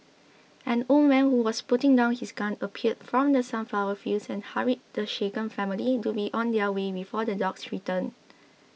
an old man who was putting down his gun appeared from the sunflower fields and hurried the shaken family to be on their way before the dogs return